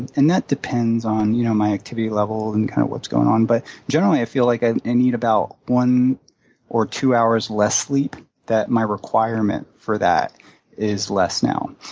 and that depends on you know my activity level and kind of what's going on. but generally, i feel like i need about one or two hours' less sleep, that my requirement for that is less now.